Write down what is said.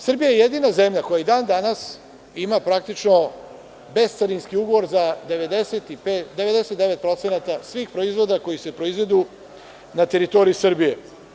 Srbija je jedina zemlja koja i dan danas ima praktično bezcarinski ugovor za 99% svih proizvoda koji se proizvode na teritoriji Srbije.